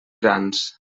grans